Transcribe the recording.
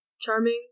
charming